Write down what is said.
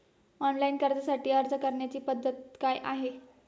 Online कर्जासाठी अर्ज करण्याची पद्धत काय आहे?